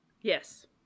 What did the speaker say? Yes